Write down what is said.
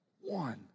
One